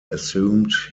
assumed